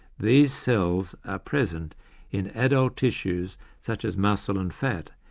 these cells are present in adult tissues such as muscle and fat,